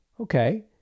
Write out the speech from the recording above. Okay